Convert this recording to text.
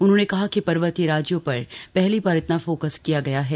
उन्होंने कहा कि पर्वतीय राज्यों पर पहली बार इतना फोकस किया गया है